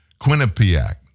Quinnipiac